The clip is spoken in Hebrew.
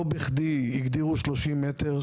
לא בכדי הגדירו 30 מ"ר.